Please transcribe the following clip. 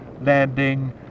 landing